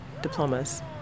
diplomas